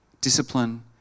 discipline